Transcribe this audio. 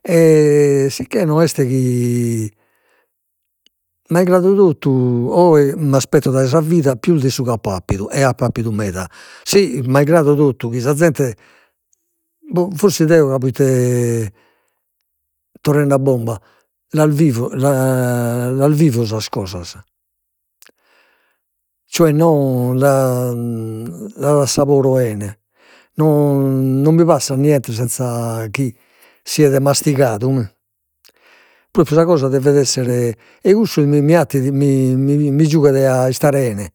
e sicchè no est chi, totu oe m'aspetto dai sa vida pius de su chi ap'appidu, e ap'appidu meda, si totu, chi sa zente, boh forsis deo ca proite torrende a bomba, l'as vivo las vivo sas cosas, cioè non las assaporo 'ene non non mi passat niente senza chi siet mastigadu mi, propriu sa cosa devet essere, e cussu mi mi attit mi mi jughet a 'istare 'ene